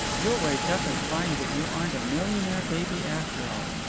you'll wake up and find that you aren't a millionaire baby after all!